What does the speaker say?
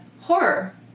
horror